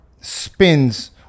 spins